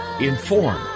inform